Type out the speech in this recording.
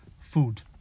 food